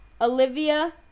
Olivia